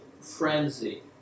frenzy